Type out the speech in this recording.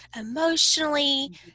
emotionally